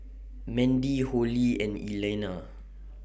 Mandie Hollie and Elena